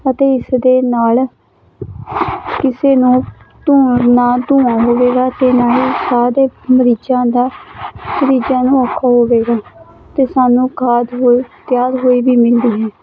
ਅਤੇ ਇਸ ਦੇ ਨਾਲ ਕਿਸੇ ਨੂੰ ਧੂੰਏ ਨਾ ਧੂੰਆਂ ਹੋਵੇਗਾ ਅਤੇ ਨਾ ਹੀ ਸਾਹ ਦੇ ਮਰੀਜ਼ਾਂ ਦਾ ਮਰੀਜ਼ਾਂ ਨੂੰ ਔਖਾ ਹੋਵੇਗਾ ਅਤੇ ਸਾਨੂੰ ਖਾਦ ਹੋਏ ਤਿਆਰ ਹੋਈ ਵੀ ਮਿਲਦੀ ਹੈ